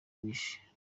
bishe